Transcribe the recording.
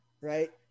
right